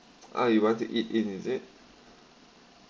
ah you want to eat in is it